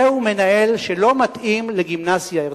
זהו מנהל שלא מתאים לגימנסיה "הרצליה".